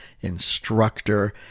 instructor